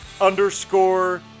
underscore